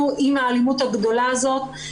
אנחנו לא נוכל להסתדר עם האלימות הגדולה הזאת,